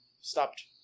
stopped